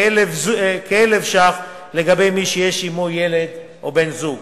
וכ-1,000 ש"ח למי שיש עמו ילד או בן-זוג.